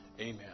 Amen